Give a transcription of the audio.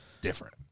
different